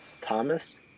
Thomas